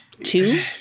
two